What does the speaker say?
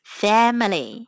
family